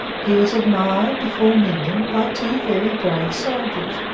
he was admired, before minden, by two very brave soldiers,